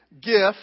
gift